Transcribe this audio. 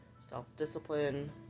self-discipline